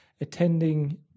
attending